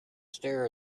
stare